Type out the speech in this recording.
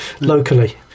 locally